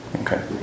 Okay